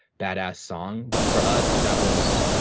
badass song, but for us that was